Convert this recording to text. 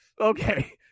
Okay